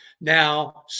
Now